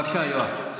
בבקשה, יואב.